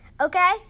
Okay